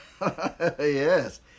Yes